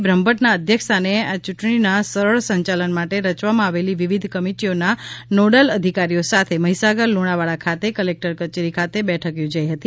બ્રહ્મભદૃના અધયક્ષસ્થાાને આ ચૂંટણીના સરળ સંચાલન માટે રચવામાં આવેલી વિવિધ કમિટિઓના નોડલ અધિકારીઓ સાથે મહીસાગર લુણાવાડા ખાતે કલેકટર કચેરી ખાતે બેઠક યોજાઇ હતી